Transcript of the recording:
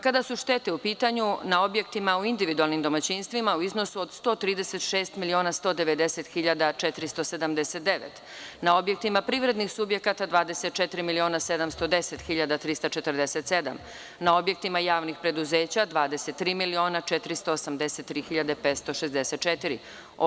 Kada su štete u pitanju, na objektima u individualnim domaćinstvima u iznosu od 136.190.479, na objektima privrednih subjekata 24.710.347, na objektima javnih preduzeća 23.483.564.